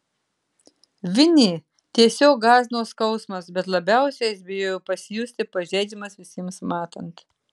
vinį tiesiog gąsdino skausmas bet labiausiai jis bijojo pasijusti pažeidžiamas visiems matant